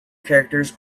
characters